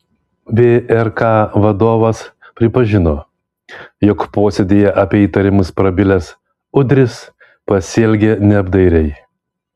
vrk vadovas pripažino jog posėdyje apie įtarimus prabilęs udris pasielgė neapdairiai